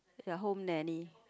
ya home nanny